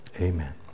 Amen